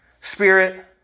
spirit